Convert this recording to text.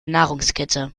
nahrungskette